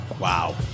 Wow